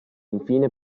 infine